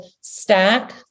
stack